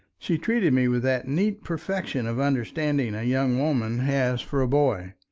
she treated me with that neat perfection of understanding a young woman has for a boy.